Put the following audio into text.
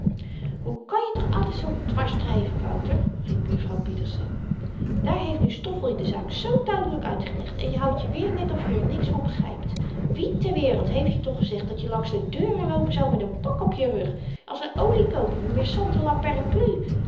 hoe kan je toch altyd zoo dwarsdryven wouter riep juffrouw pieterse daar heeft nu stoffel je de zaak zoo duidelyk uitgelegd en je houdt je weer net of je r niks van begrypt wie ter wereld heeft je toch gezegd dat je langs de deuren loopen zou met n pak op je rug als n oliekoop of n